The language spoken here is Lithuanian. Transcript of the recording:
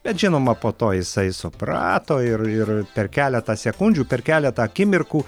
bet žinoma po to jisai suprato ir ir per keletą sekundžių per keletą akimirkų